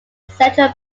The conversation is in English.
central